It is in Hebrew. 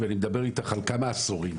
ואני מדבר על כמה עשורים.